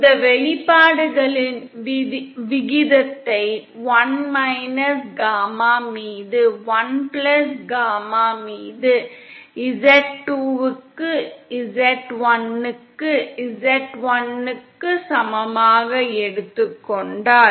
இந்த வெளிப்பாடுகளின் விகிதத்தை எடுத்துக் கொண்டால் 1 காமா மீது 1 காமா z1 பை z2 க்கு சமமாக இருக்கிறது